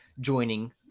joining